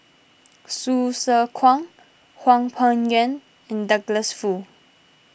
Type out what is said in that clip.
Hsu Tse Kwang Hwang Peng Yuan and Douglas Foo